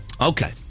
Okay